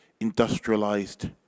industrialized